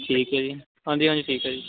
ਠੀਕ ਹੈ ਜੀ ਹਾਂਜੀ ਹਾਂਜੀ ਠੀਕ ਹੈ ਜੀ